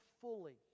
fully